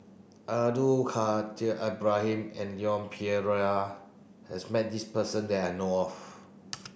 Abdul Kadir Ibrahim and Leon Perera has met this person that I know of